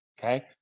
okay